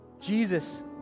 Jesus